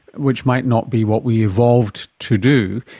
which might not be what we evolved to do,